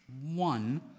one